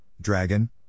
dragon